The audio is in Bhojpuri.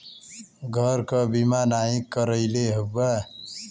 घर क बीमा नाही करइले हउवा